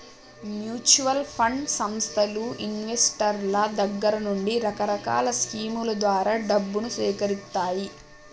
mutual fund సంస్థలు ఇన్వెస్టర్ల దగ్గర నుండి రకరకాల స్కీముల ద్వారా డబ్బును సేకరిత్తాయి